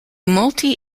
multi